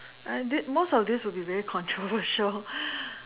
I did most of this will be very controversial